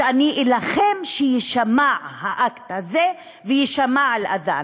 אז אני אלחם שיישמע האקט הזה ויישמע אל-אד'אן.